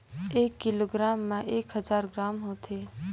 एक किलोग्राम म एक हजार ग्राम होथे